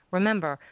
Remember